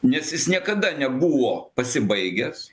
nes jis niekada nebuvo pasibaigęs